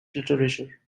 literature